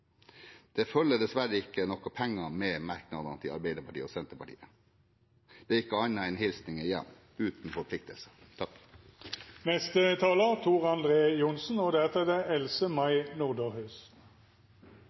Det følger dessverre ikke noen penger med merknadene til Arbeiderpartiet og Senterpartiet, det er ikke noe annet enn hilsninger hjem uten